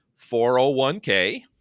401k